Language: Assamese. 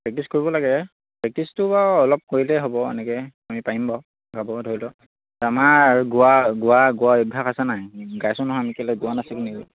প্ৰেক্টিচ কৰিব লাগে প্ৰেক্টিচটো বাৰু অলপ কৰিলেই হ'ব এনেকৈ আমি পাৰিম বাৰু গাব ধৰি লওক আমাৰ গোৱা গোৱা গোৱা অভ্যাস আছে নাই গাইছো নহয় আমি কেলৈ গোৱা নাছিলোনি